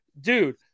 dude